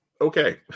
okay